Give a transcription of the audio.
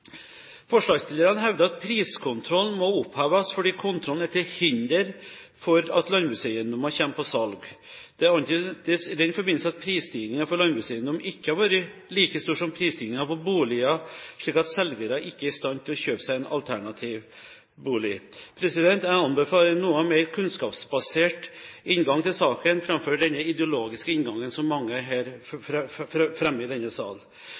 Forslagsstillerne hevder at priskontrollen må oppheves fordi kontrollen er til hinder for at landbrukseiendommer kommer på salg. Det antydes i den forbindelse at prisstigningen for landbrukseiendom ikke har vært like stor som prisstigningen på boliger, slik at selgere ikke er i stand til å kjøpe seg en alternativ bolig. Jeg anbefaler en noe mer kunnskapsbasert inngang til saken framfor den ideologiske inngangen som mange fremmer her i denne sal.